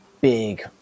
big